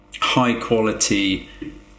high-quality